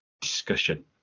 discussion